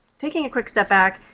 taking a quick step back,